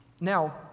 Now